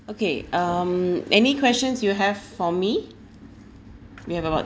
okay um any questions you have for me we have about